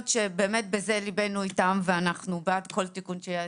שיש להם וליבנו איתם ואנחנו בעד כל תיקון שייעשה,